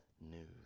news